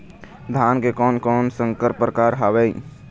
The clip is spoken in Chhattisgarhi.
धान के कोन कोन संकर परकार हावे?